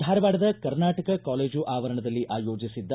ಧಾರವಾಡದ ಕರ್ನಾಟಕ ಕಾಲೇಜ ಆವರಣದಲ್ಲಿ ಆಯೋಜಿಸಿದ್ದ